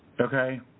okay